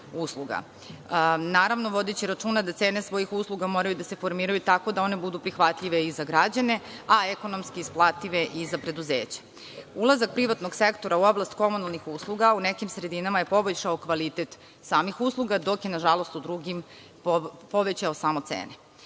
Naravno, vodeći računa da cene svojih usluga moraju da se formiraju tako da one budu prihvatljive i za građane a ekonomski isplative i za preduzeća. Ulazak privatnog sektora u oblast komunalnih usluga u nekim sredinama je poboljšao kvalitet samih usluga dok je nažalost u drugim povećao samo cene.